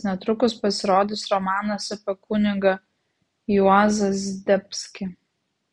netrukus pasirodys romanas apie kunigą juozą zdebskį